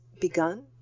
begun